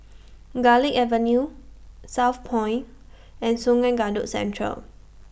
Garlick Avenue Southpoint and Sungei Kadut Central